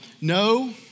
no